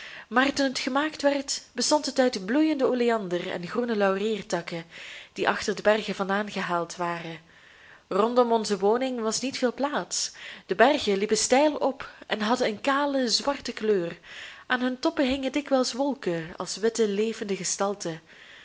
maar toen het gemaakt werd bestond het uit bloeiende oleander en groene lauriertakken die achter de bergen vandaan gehaald waren rondom onze woning was niet veel plaats de bergen liepen steil op en hadden een kale zwarte kleur aan hun toppen hingen dikwijls wolken als witte levende gestalten